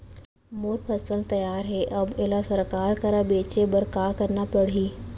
मोर फसल तैयार हे अब येला सरकार करा बेचे बर का करना पड़ही?